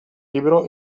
libero